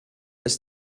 ist